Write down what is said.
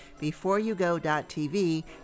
BeforeYouGo.tv